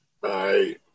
Bye